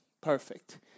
Perfect